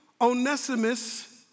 Onesimus